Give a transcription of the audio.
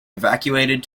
evacuated